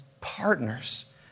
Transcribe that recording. partners